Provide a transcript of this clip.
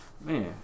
man